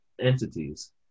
entities